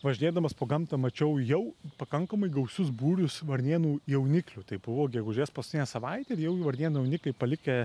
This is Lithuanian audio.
važinėdamas po gamtą mačiau jau pakankamai gausius būrius varnėnų jauniklių tai buvo gegužės paskutinė savaitė ir jau varnėnų jaunikliai palikę